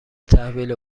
تحویل